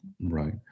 right